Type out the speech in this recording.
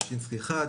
שישינסקי 1,